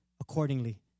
accordingly